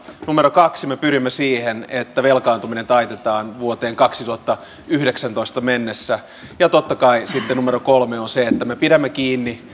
kaksi me pyrimme siihen että velkaantuminen taitetaan vuoteen kaksituhattayhdeksäntoista mennessä ja totta kai sitten kolme on se että me pidämme kiinni